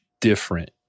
different